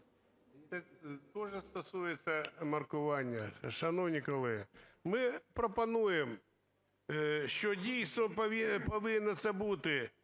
Теж стосується маркування. Шановні колеги, ми пропонуємо, що дійсно повинно це